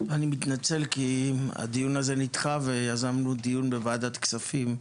אני מתנצל כי הדיון הזה נדחה ועזבנו דיון בוועדת הכספים,